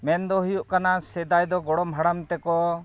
ᱢᱮᱱ ᱫᱚ ᱦᱩᱭᱩᱜ ᱠᱟᱱᱟ ᱥᱮᱫᱟᱭ ᱫᱚ ᱜᱚᱲᱚᱢ ᱦᱟᱲᱟᱢ ᱛᱮᱠᱚ